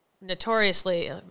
notoriously